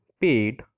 paid